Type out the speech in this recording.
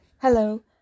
Hello